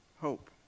hope